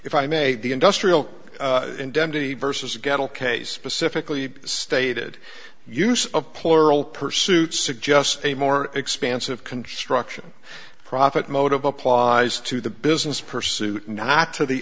if i made the industrial indemnity versus a gaggle case specifically stated use of plural pursuit suggests a more expansive construction profit motive applies to the business pursuit not to the